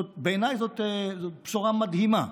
בעיניי, זאת בשורה מדהימה,